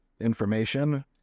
information